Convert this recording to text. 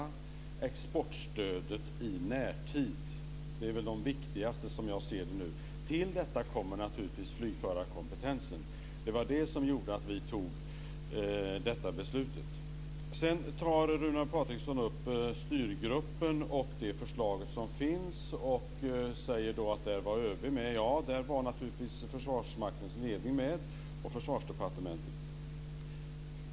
Det har också med exportstödet i närtid att göra. Det är väl det viktigaste som jag ser det nu. Till detta kommer naturligtvis flygförarkompetensen. Det var det som gjorde att vi fattade detta beslut. Sedan tar Runar Patriksson upp styrgruppen och det förslag som finns och säger att där var ÖB med. Ja, där var naturligtvis Försvarsmaktens ledning och Försvarsdepartementet med.